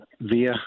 via